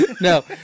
No